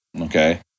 Okay